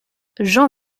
jean